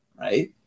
right